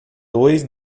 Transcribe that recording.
dois